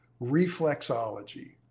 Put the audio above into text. reflexology